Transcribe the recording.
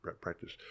practice